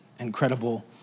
incredible